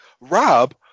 Rob